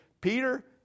Peter